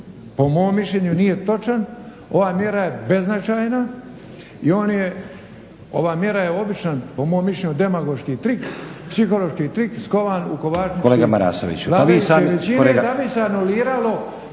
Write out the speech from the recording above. po mom mišljenju, nije točan. Ova mjera je beznačajna i on je, ova mjera je običan, po mom mišljenju, demagoški trik, psihološki trik skovan u kovačnici vladajuće većine da bi se anuliralo